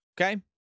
Okay